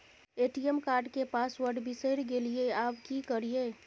ATM card के password बिसरि गेलियै आबय की करियै?